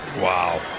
Wow